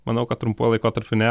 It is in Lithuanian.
manau kad trumpuoju laikotarpiu ne